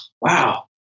wow